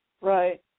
Right